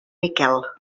miquel